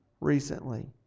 recently